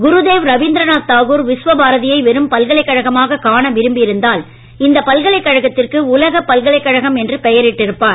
குருதேவ் ரவீந்திரநாத் தாகூர் விஸ்வபாரதியை வெறும் பல்கலைக்கழகமாக காண விரும்பியிருந்தால் பல்கலைக்கழகத்தை உலகப் பல்கலைக்கழகம் இந்த என்று பெயரிட்டிருப்பார்